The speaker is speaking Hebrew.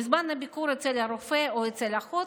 בזמן הביקור אצל רופא או אצל אחות,